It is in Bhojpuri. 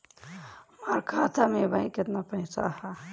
हमार खाता मे अबही केतना पैसा ह?